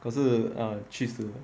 可是 um 去世